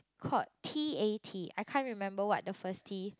called t_a_t I can't remember what the first T